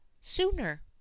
sooner